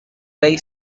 rey